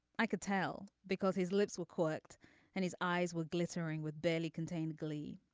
i could tell because his lips were cooked and his eyes were glittering with barely contain glee.